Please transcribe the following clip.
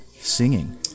singing